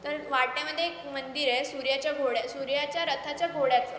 तर वाटेमध्ये एक मंदिर आहे सूर्याच्या घोड्या सूर्याच्या रथाच्या घोड्याचं